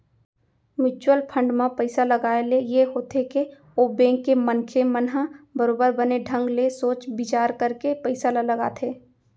mutual fund म पइसा लगाए ले ये होथे के ओ बेंक के मनखे मन ह बरोबर बने ढंग ले सोच बिचार करके पइसा ल लगाथे